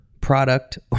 product